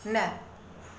न